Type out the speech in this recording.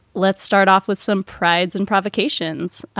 let's start off with some prides and provocations.